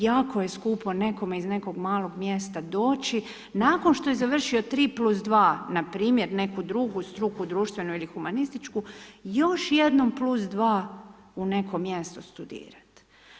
Jako je skupo nekome iz nekog malog mjesta doći nakon što je završio 3+2 npr. neku drugu struku društvenu ili humanističku još jednom +2 u neko mjesto studirati.